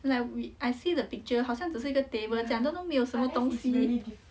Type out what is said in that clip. like we I see the picture 好像只是一个 table 这样 then 都没有什么东西